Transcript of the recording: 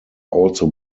also